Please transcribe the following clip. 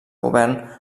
govern